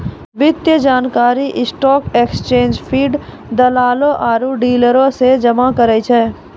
वित्तीय जानकारी stock exchange feed, दलालो आरु डीलरो से जमा करै छै